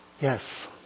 Yes